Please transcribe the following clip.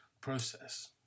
process